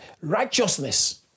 Righteousness